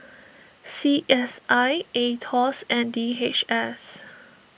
C S I Aetos and D H S